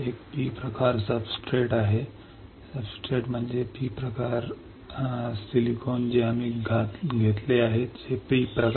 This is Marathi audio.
एक P प्रकार सब्सट्रेट आहे थर म्हणजे P प्रकार म्हणजे सिलिकॉन जे आम्ही घेतले आहे P प्रकार